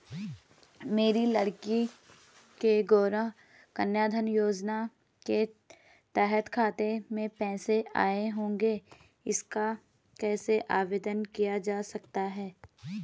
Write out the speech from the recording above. मेरी लड़की के गौंरा कन्याधन योजना के तहत खाते में पैसे आए होंगे इसका कैसे आवेदन किया जा सकता है?